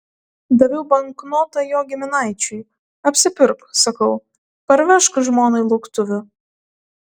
daviau banknotą jo giminaičiui apsipirk sakau parvežk žmonai lauktuvių